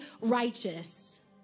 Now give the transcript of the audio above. righteous